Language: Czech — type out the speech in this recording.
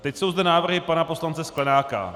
Teď jsou zde návrhy pana poslance Sklenáka.